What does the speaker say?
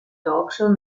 talkshow